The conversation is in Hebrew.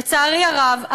לצערי הרב,